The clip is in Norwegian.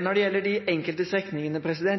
Når det gjelder de enkelte strekningene